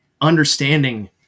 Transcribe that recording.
understanding